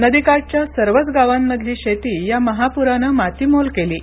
नदीकाठच्या सर्वच गावांमधली शेती या महापूरानं मातीमोल केली आहे